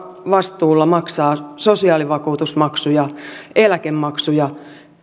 vastuulla maksaa sosiaalivakuutusmaksuja eläkemaksuja